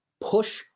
push